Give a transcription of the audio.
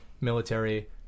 military